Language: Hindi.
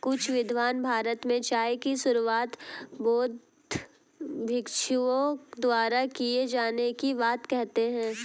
कुछ विद्वान भारत में चाय की शुरुआत बौद्ध भिक्षुओं द्वारा किए जाने की बात कहते हैं